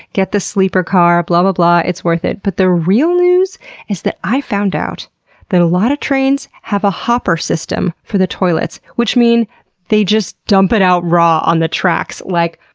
get the sleeper car blah ah blah blah. it's worth it. but the real news is that i found out that a lot of trains have a hopper system for the toilets which means they just dump it out raw on the tracks like,